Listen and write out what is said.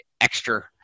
extra